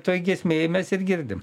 toj giesmėj mes ir girdim